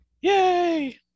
Yay